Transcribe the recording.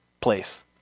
place